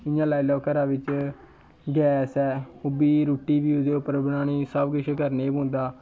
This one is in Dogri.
इ'यां लाई लैओ घरा बिच्च गैस ऐ उब्बी रुट्टी बी ओह्दे उप्पर बनानी सब किश करने गै पौंदा